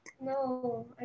No